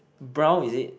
brown is it